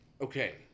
Okay